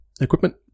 equipment